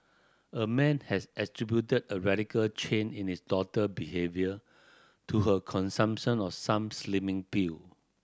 a man has attributed a radical change in his daughter behaviour to her consumption of some slimming pill